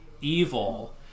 evil